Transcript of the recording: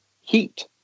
heat